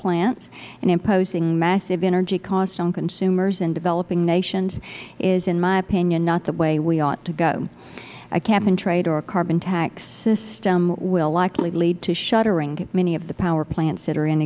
plants and imposing massive energy costs on consumers in developing nations is in my opinion not the way we ought to go a cap and trade or a carbon tax system will likely lead to shuttering many of the power plants that are in